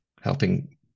helping